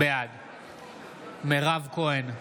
בעד מירב כהן,